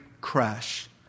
crash